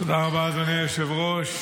תודה רבה, אדוני היושב-ראש.